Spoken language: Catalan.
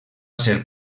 ser